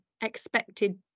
expected